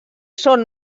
són